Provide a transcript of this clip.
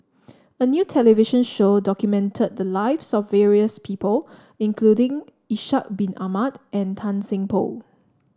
a new television show documented the lives of various people including Ishak Bin Ahmad and Tan Seng Poh